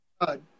God